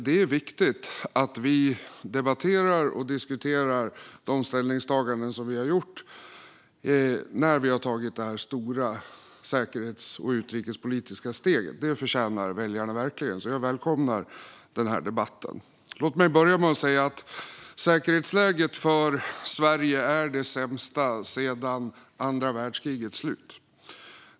Det är viktigt att vi debatterar och diskuterar de ställningstaganden som vi har gjort när vi har tagit det här stora och säkerhets och utrikespolitiska steget. Det förtjänar väljarna verkligen, så jag välkomnar den här debatten. Låt mig börja med att säga att säkerhetsläget för Sverige är det sämsta sedan andra världskrigets slut.